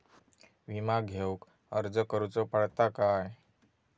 विमा घेउक अर्ज करुचो पडता काय?